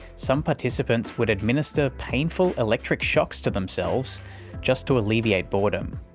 some participants would administer painful electric shocks to themselves just to alleviate boredom.